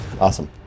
Awesome